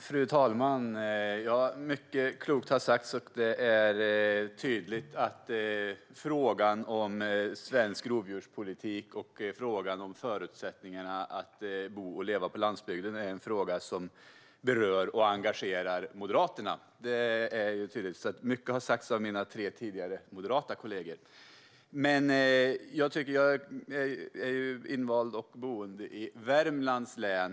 Fru talman! Mycket klokt har sagts här av mina tre moderata kollegor. Det är tydligt att frågan om svensk rovdjurspolitik och frågan om förutsättningarna för att bo och leva på landsbygden är en fråga som berör och engagerar Moderaterna. Jag är invald av och boende i Värmlands län.